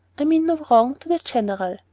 i mean no wrong to the general.